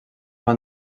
van